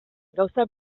gauza